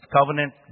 covenant